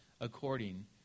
according